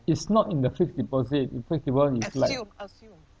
it's not in the fixed deposit if fixed that [one] is like